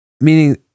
Meaning